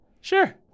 Sure